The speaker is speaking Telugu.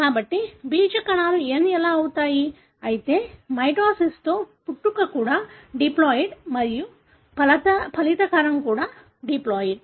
కాబట్టి బీజ కణాలు n ఎలా అవుతాయి అయితే మైటోసిస్లో పుట్టుక కూడా డిప్లాయిడ్ మరియు ఫలిత కణం కూడా డిప్లాయిడ్